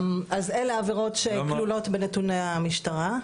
אז אלה העבירות שכלולות בנתוני המשטרה.